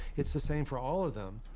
it's the same for all of them.